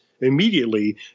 immediately